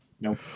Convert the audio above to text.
Nope